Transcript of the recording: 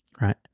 right